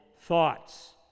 thoughts